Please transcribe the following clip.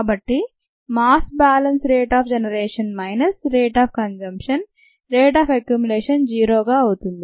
కాబట్టి mass balance rate of generation minus rate of consumption rate of accumulation zero గా అవుతుంది